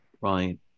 right